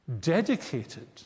Dedicated